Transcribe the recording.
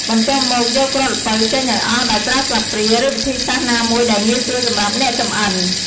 បន្ទាប់មក យកគ្រាប់ល្ពៅចេញឱ្យអស់ដោយប្រើស្លាបព្រា ឬវិធីសាស្ត្រណាមួយដែលងាយស្រួលសម្រាប់អ្នកចំអិន។